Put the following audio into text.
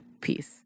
Peace